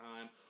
time